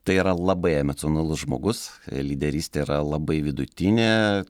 tai yra labai emocionalus žmogus lyderystė yra labai vidutinė